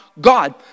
God